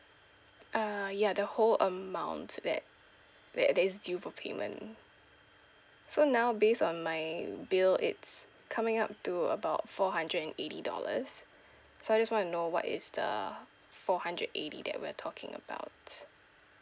ah ya the whole amount that that that is due for payment so now based on my bill it's coming up to about four hundred and eighty dollars so I just want to know what is the four hundred eighty that we are talking about